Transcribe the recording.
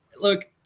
look